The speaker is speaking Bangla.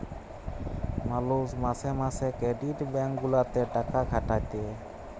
মালুষ মাসে মাসে ক্রেডিট ব্যাঙ্ক গুলাতে টাকা খাটাতে